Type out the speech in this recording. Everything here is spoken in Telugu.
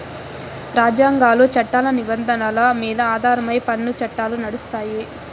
రాజ్యాంగాలు, చట్టాల నిబంధనల మీద ఆధారమై పన్ను చట్టాలు నడుస్తాయి